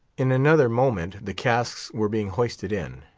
in another moment the casks were being hoisted in,